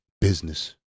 business